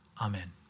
Amen